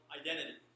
identity